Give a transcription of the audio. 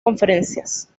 conferencias